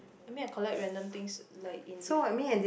I mean I collect random things like in different